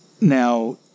Now